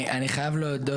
אני חייב להודות,